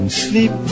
sleep